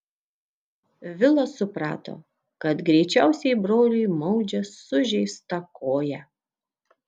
vilas suprato kad greičiausiai broliui maudžia sužeistą koją